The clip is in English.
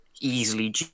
easily